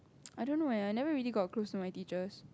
I don't know eh I never really got close to my teachers